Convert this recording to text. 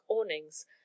awnings